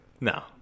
No